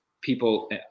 People